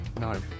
No